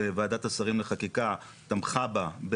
שוועדת השרים לחקיקה תמכה בה,